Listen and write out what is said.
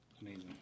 Amazing